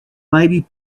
maybe